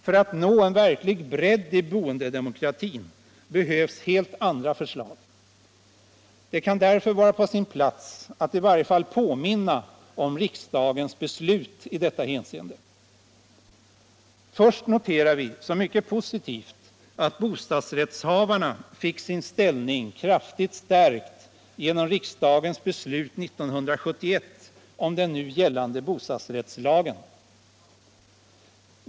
För att nå en verklig bredd i boendedemokratin behövs helt andra förslag. Det kan därför vara på sin plats att i varje fall påminna om riksdagens beslut i detta hänseende. Först noterar vi som mycket positivt att bostadsrättshavarna fick sin ställning kraftigt stärkt genom riksdagens beslut 1971 om den nu gällande bostadsrättslagen.